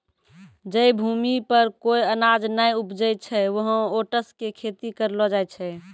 जै भूमि पर कोय अनाज नाय उपजै छै वहाँ ओट्स के खेती करलो जाय छै